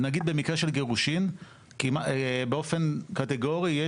נגיד במקרה של גירושין באופן קטגורי,